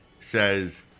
says